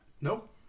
Nope